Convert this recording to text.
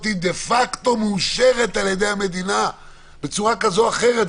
דה פקטו מאושרת על ידי המדינה בצורה כזו או אחרת,